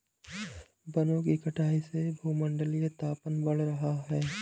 वनों की कटाई से भूमंडलीय तापन बढ़ा है